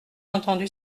entendu